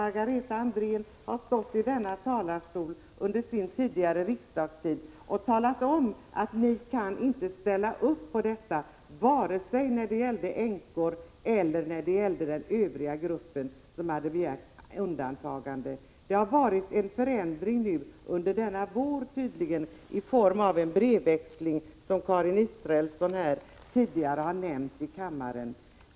Margareta Andrén har ju tidigare under sin tid i riksdagen stått här i talarstolen och sagt att ni inte kunde ställa upp på detta, vare sig när det gällde änkor eller när det gällde övriga som hade begärt undantagande från ATP. Men det har tydligen skett en förändring denna vår. Jag tänker på den brevväxling som har förekommit och som Karin Israelsson tidigare har nämnt här i kammaren.